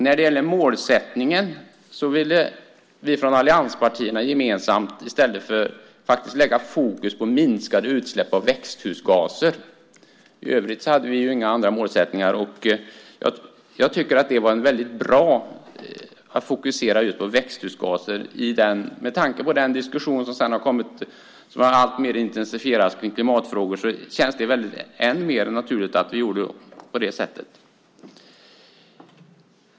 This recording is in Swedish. När det gäller målsättningen ville vi allianspartier gemensamt i stället rikta fokus på minskade utsläpp av växthusgaser. Vi hade inga andra målsättningar. Jag tycker att det var bra att vi fokuserade på just växthusgaser. Med tanke på den diskussion som alltmer har intensifierats om klimatfrågor känns det än mer naturligt att vi gjorde på det sättet.